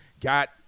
got